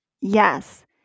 Yes